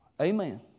Amen